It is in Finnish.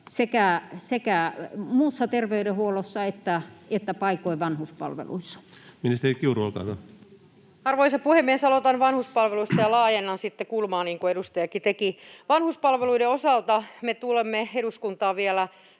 sekä muussa terveydenhuollossa että paikoin vanhuspalveluissa. Ministeri Kiuru, olkaa hyvä. Arvoisa puhemies! Aloitan vanhuspalveluista ja laajennan sitten kulmaa, niin kuin edustajakin teki. Vanhuspalveluiden osalta me tuomme eduskuntaan vielä